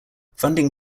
funding